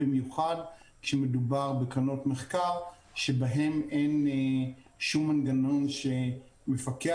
במיוחד כשמדובר בקרנות מחקר שבהן אין שום מנגנון שמפקח,